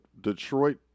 Detroit